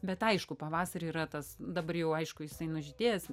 bet aišku pavasarį yra tas dabar jau aišku jisai nužydėjęs